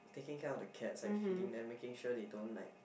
taking care of the cats like feeding them making sure they don't like